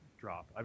drop